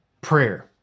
Prayer